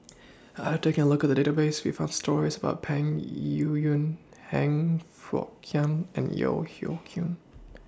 after taking A Look At The Database We found stories about Peng Yuyun Han Fook Kwang and Yeo Hoe Koon